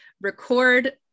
record